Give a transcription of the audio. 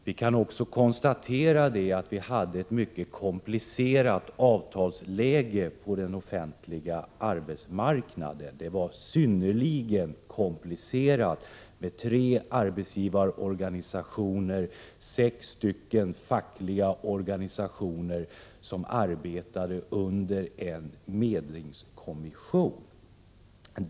Vi kan också konstatera att vi hade ett synnerligen komplicerat avtalsläge på den offentliga arbetsmarknaden, med tre arbetsgivarorganisationer och sex fackliga organisationer som arbetade under en medlingskommission.